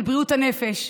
של בריאות הנפש,